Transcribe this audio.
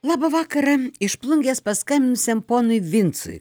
labą vakarą iš plungės paskambinusiam ponui vincui